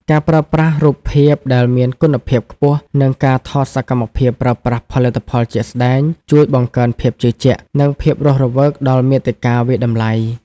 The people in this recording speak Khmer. ការប្រើប្រាស់រូបភាពដែលមានគុណភាពខ្ពស់ និងការថតសកម្មភាពប្រើប្រាស់ផលិតផលជាក់ស្តែង ជួយបង្កើនភាពជឿជាក់ និងភាពរស់រវើកដល់មាតិកាវាយតម្លៃ។